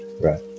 Right